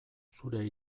zure